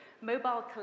mobile